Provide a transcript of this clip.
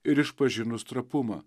ir išpažinus trapumą